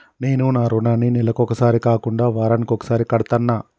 నేను నా రుణాన్ని నెలకొకసారి కాకుండా వారానికోసారి కడ్తన్నా